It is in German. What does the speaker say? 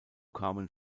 kamen